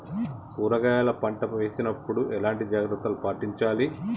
కూరగాయల పంట వేసినప్పుడు ఎలాంటి జాగ్రత్తలు పాటించాలి?